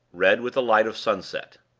red with the light of sunset.